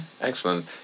excellent